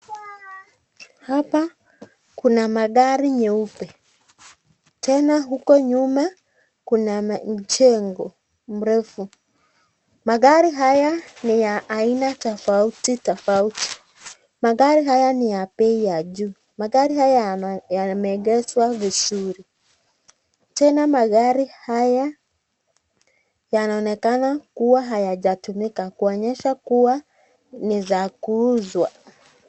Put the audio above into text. Hapa kuna magari nyeupe, tena huko nyuma kuna majengo mrefu, magari haya ni ya aina tofauti tofauti, magari haya ni ya bei ya juu, magari haya yameegeshwa vizuri tena magari haya yanaonekana kuwa hayajatumika kuonyesha kuwa ni za kuuzwa.